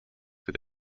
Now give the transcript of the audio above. with